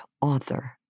author